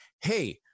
Hey